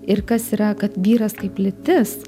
ir kas yra kad vyras kaip lytis